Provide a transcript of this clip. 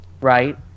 right